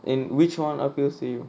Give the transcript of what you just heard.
in which one appeals to you